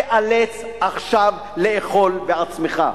תיאלץ עכשיו לאכול בעצמך.